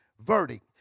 verdict